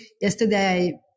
Yesterday